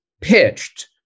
pitched